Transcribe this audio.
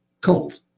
cold